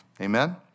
Amen